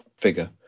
figure